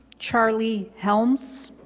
charlie helms